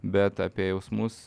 bet apie jausmus